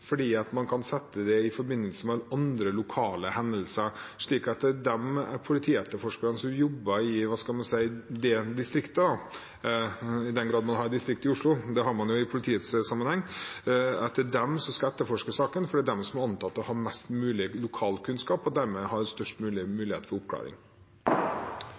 fordi man kan sette det i forbindelse med andre lokale hendelser. Det er politietterforskerne som jobber i de distriktene – i den grad man har distrikt i Oslo, det har man jo i politiets sammenheng – som skal etterforske saken, for det er de som er antatt å ha mest lokal kunnskap, og dermed å ha størst mulighet for oppklaring.